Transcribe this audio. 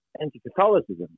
anti-Catholicism